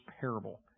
parable